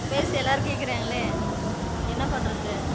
பைசா எல்லோரும் கேட்கறாங்களே என்ன பண்றது